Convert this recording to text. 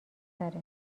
تره